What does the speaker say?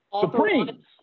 Supreme